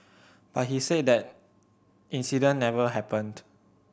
but he said that incident never happened